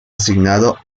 asignado